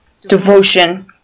devotion